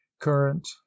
current